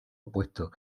opuesto